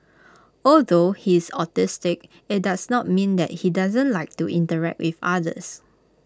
although he is autistic IT does not mean that he doesn't like to interact with others